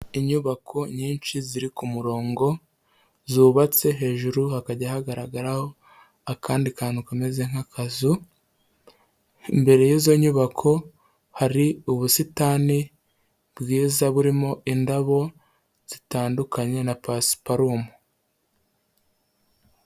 Inyubako nyinshi ziri ku murongo, zubatswe hejuru hakajya hagaragaraho akandi kantu kameze nk'akazu, imbere y'izo nyubako hari ubusitani bwiza burimo indabo zitandukanye na pasiparumu.